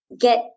get